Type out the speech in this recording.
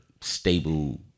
stable